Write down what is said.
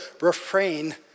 refrain